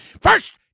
First